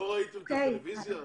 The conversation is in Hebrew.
לא צפיתם בתוכניות בטלוויזיה?